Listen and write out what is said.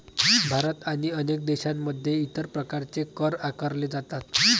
भारत आणि अनेक देशांमध्ये इतर प्रकारचे कर आकारले जातात